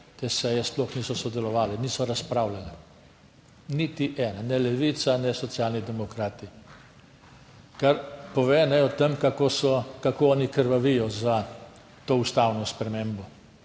te seje, sploh niso sodelovali, niso razpravljali, niti ene, ne Levica ne Socialni demokrati, kar pove o tem, kako so, kako oni krvavijo za to ustavno spremembo.